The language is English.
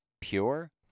pure